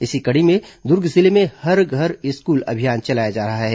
इसी कड़ी में दुर्ग जिले में हर घर स्कूल अभियान चलाया जा रहा है